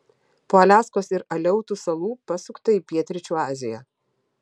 po aliaskos ir aleutų salų pasukta į pietryčių aziją